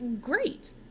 Great